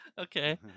Okay